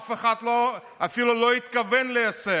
אף אחד אפילו לא התכוון ליישם.